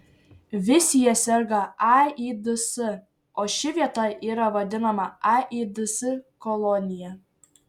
visi jie serga aids o ši vieta yra vadinama aids kolonija